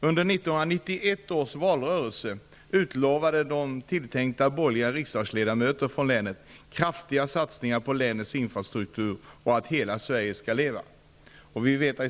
Under 1991 års valrörelse utlovade de tilltänkta borgerliga riksdagsledamöterna från länet kraftiga satsningar på länets infrastruktur och på att hela Sverige skall leva.